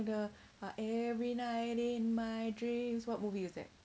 the ah every night in my dreams what movie is that